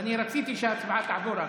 ואני רציתי שההצעה תעבור,